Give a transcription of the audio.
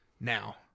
Now